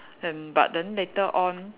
and but then later on